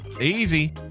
Easy